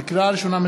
לקריאה ראשונה,